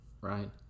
Right